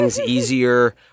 easier